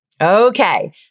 Okay